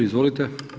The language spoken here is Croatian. Izvolite.